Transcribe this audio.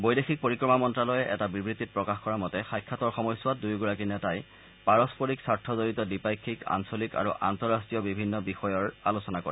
বৈদেশিক পৰিক্ৰমা মন্তালয়ে এটা বিবৃতিত প্ৰকাশ কৰা মতে সাক্ষাতৰ সময়ছোৱাত দুয়োগৰাকী নেতাই পাৰস্পৰিক স্বাৰ্থজড়িত দ্বিপাক্ষিক আঞ্চলিক আৰু আন্তঃৰাষ্ট্ৰীয় বিষয়সমূহ আলোচনা কৰে